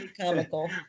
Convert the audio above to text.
comical